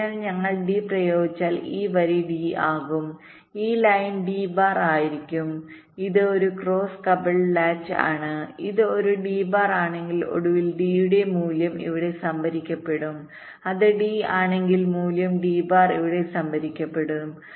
അതിനാൽ ഞങ്ങൾ ഡി പ്രയോഗിച്ചാൽ ഈ വരി ഡി ആകും ഈ ലൈൻ ഡി ബാർ ആയിരിക്കും ഇത് ഒരു ക്രോസ് കപ്പിൾഡ് ലാച്ച് ആണ് ഇത് ഡി ബാർ ആണെങ്കിൽ ഒടുവിൽ ഡി യുടെ മൂല്യം ഇവിടെ സംഭരിക്കപ്പെടും അത് ഡി ആണെങ്കിൽ മൂല്യം ഡി ബാർ ഇവിടെ സംഭരിക്കപ്പെടും